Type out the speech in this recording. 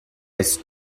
ist